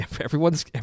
everyone's